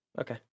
Okay